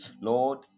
lord